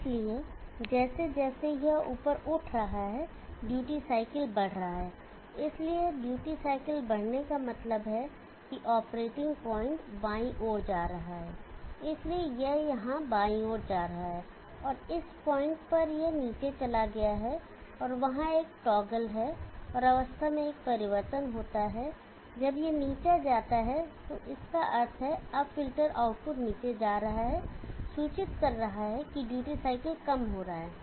इसलिए जैसे जैसे यह ऊपर उठ रहा है ड्यूटी साइकिल बढ़ रहा है इसलिए ड्यूटी साइकिल बढ़ने का मतलब है कि ऑपरेटिंग पॉइंट बाईं ओर जा रहा है इसलिए यह यहां बाईं ओर जा रहा है और इस पॉइंट पर यह नीचे चला गया है और वहां एक टॉगल है और अवस्था में एक परिवर्तन होता है जब यह नीचे जाता है जिसका अर्थ है कि अब फ़िल्टर आउटपुट नीचे जा रहा है सूचित कर रहा है कि ड्यूटी साइकिल कम हो रहा है